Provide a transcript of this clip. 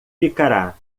ficará